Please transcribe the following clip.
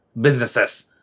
businesses